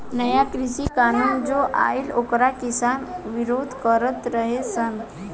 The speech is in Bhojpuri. नया कृषि कानून जो आइल ओकर किसान विरोध करत रह सन